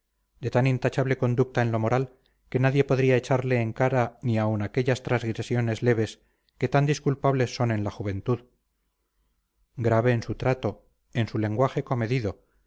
de tan intachable conducta en lo moral que nadie podría echarle en cara ni aun aquellas transgresiones leves que tan disculpables son en la juventud grave en su trato en su lenguaje comedido